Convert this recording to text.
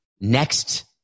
next